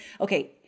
Okay